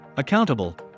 accountable